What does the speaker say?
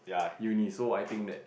uni so I think that